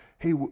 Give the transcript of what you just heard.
hey